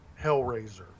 Hellraiser